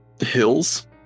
hills